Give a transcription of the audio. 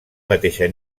mateixa